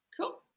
Cool